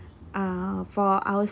uh for